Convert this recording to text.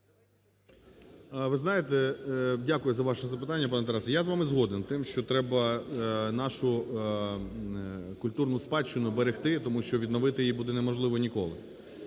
Ви знаєте… Дякую за ваше запитання, пане Тарасе. Я з вами згоден тим, що треба нашу культурну спадщину берегти, тому що відновити її буде неможливо ніколи.